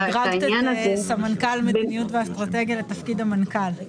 שדרגת את סמנכ"ל מדיניות ואסטרטגיה לתפקיד המנכ"ל.